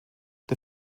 der